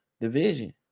division